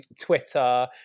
Twitter